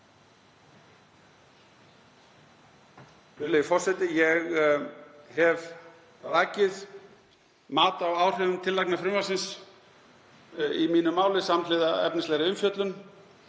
Virðulegi forseti. Ég hef rakið mat á áhrifum tillagna frumvarpsins í mínu máli samhliða efnislegri umfjöllun.